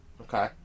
Okay